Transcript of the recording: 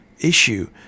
issue